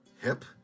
hip